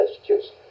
Massachusetts